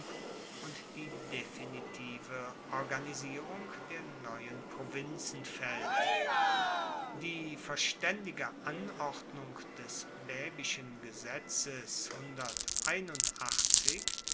und die definitive organisierung der neuen provinzen faellt die verstaendige anordnung des baebischen gesetzes